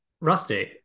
Rusty